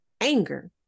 anger